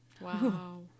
Wow